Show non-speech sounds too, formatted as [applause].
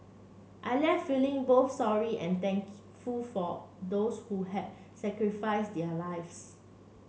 I left feeling both sorry and [unintelligible] for those who had sacrifices their lives